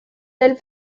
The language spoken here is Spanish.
del